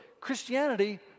Christianity